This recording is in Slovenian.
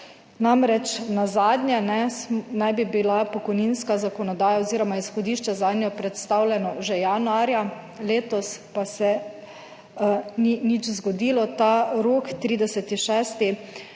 Namreč nazadnje ne naj bi bila pokojninska zakonodaja oziroma izhodišče zanjo predstavljeno že januarja letos, pa se ni nič zgodilo. Ta rok 30.